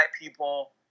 people